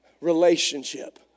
relationship